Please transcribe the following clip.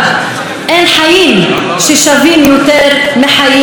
אין חיים ששווים יותר מחיים אחרים.